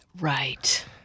Right